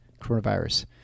coronavirus